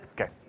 Okay